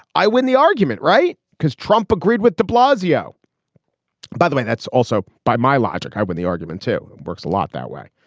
i win the argument right because trump agreed with de blasio by the way. that's also by my logic i win the argument to works a lot that way